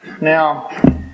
Now